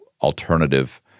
alternative